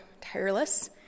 tireless